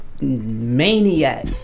maniac